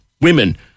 women